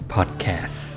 Podcast